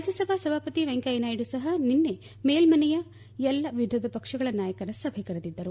ರಾಜ್ಯಸಭಾ ಸಭಾಪತಿ ವೆಂಕಯ್ಯನಾಯ್ತು ಸಹ ನಿನ್ನೆ ಮೇಲ್ಮನೆಯ ವಿವಿಧ ಪಕ್ಷಗಳ ನಾಯಕರ ಸಭೆ ಕರೆದಿದ್ದರು